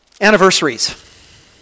Anniversaries